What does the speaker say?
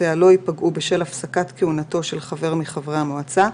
החלטותיה לא ייפגעו בשל הפסקת כהונתו של חבר מחברי המועצה,